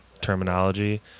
terminology